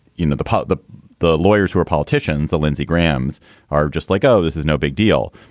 you know, the pot, the the lawyers who are politicians, the lindsey graham's are just like, oh, this is no big deal.